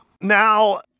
Now